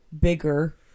bigger